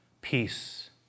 Peace